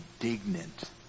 indignant